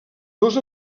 dos